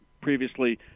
Previously